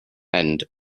end